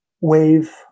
wave